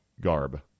garb